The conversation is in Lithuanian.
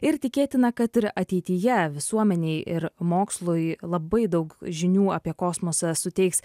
ir tikėtina kad ir ateityje visuomenei ir mokslui labai daug žinių apie kosmosą suteiks